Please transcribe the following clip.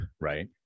right